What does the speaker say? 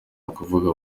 ukuvuga